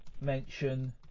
mention